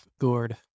gourd